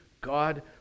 god